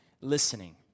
listening